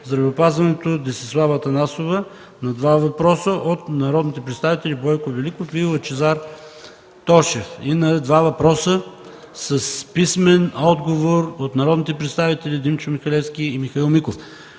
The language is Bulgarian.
здравеопазването Десислава Атанасова – на 2 въпроса от народните представители Бойко Великов, и Лъчезар Тошев, и на 2 въпроса с писмен отговор от народните представители Димчо Михалевски, и Михаил Миков;